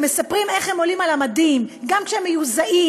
שמספרים איך הם עולים על המדים גם כשהם מיוזעים